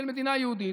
במדינה יהודית,